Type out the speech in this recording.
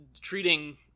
treating